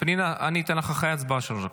פנינה, אני אתן לך אחרי ההצבעה שלוש דקות.